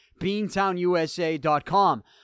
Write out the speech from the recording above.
beantownusa.com